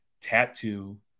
tattoo